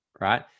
Right